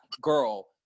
girl